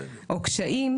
או קשיים,